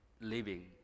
living